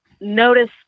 notice